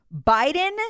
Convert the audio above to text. Biden